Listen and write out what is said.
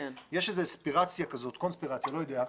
יש איזו אספירציה, קונספירציה, לא יודע,